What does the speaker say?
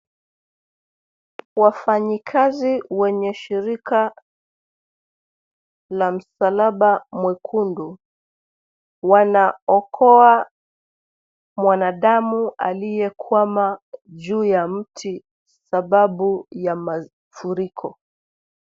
Wafanyikazi wenye shirika la msalaba mwekundu, wanaokoa mwanadamu aliyekwama juu ya mti sababu ya mafuriko.